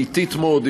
היא אטית מאוד,